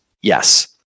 Yes